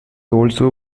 also